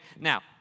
Now